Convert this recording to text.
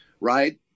Right